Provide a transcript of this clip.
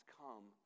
come